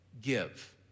give